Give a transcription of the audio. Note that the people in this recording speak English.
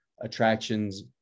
attractions